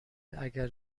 اگر